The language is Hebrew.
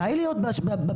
מתי להיות במסכים.